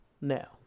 now